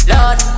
Lord